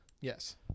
Yes